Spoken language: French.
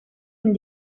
une